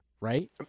Right